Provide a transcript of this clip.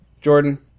Jordan